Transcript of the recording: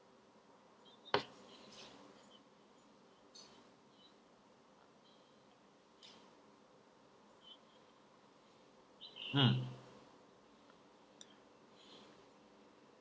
mm